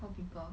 four people